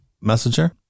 messenger